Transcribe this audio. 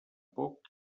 poc